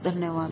धन्यवाद